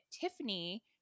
Tiffany